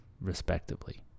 respectively